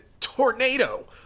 tornado